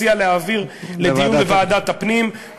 הציע להעביר לדיון בוועדת הפנים.